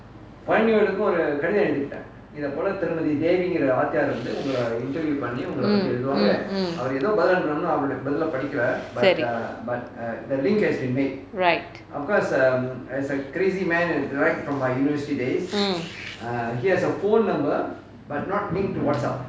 mm mm mm சரி:sari right mm